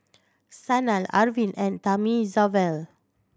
Sanal Arvind and Thamizhavel